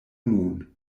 nun